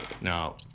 Now